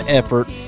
effort